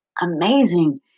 amazing